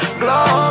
glow